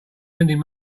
lending